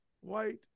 white